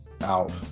out